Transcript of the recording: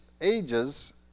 ages